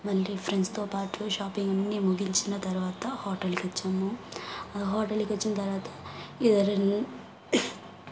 మళ్ళీ ఫ్రెండ్స్తో పాటు షాపింగ్ అన్ని ముగించిన తర్వాత హోటల్కొచ్చాము హోటల్కొచ్చిన తర్వాత ఎదరెన్